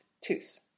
tooth